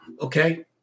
okay